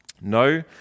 No